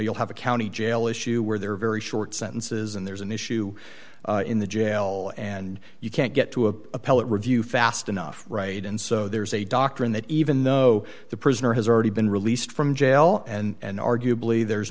you'll have a county jail issue where there are very short sentences and there's an issue in the jail and you can't get to appellate review fast enough right and so there's a doctrine that even though the prisoner has already been released from jail and arguably there's